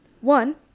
One